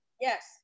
Yes